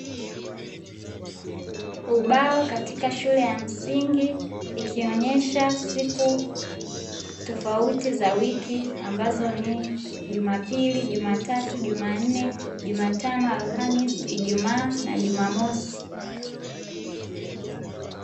Ubao katika shule ya msingi ikionyesha siku tofauti za wiki ambazo ni: jumapili, jumatatu, jumanne, jumatano, alhamisi, ijumaa na jumamosi.